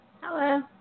Hello